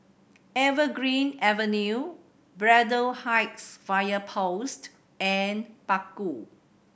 Evergreen Avenue Braddell Heights Fire Post and Bakau